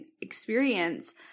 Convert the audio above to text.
experience